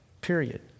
period